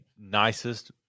nicest